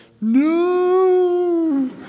no